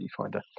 viewfinder